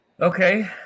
Okay